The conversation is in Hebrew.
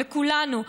לכולנו,